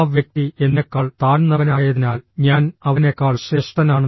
ആ വ്യക്തി എന്നെക്കാൾ താഴ്ന്നവനായതിനാൽ ഞാൻ അവനെക്കാൾ ശ്രേഷ്ഠനാണ്